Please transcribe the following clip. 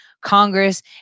Congress